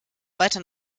weiter